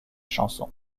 chanson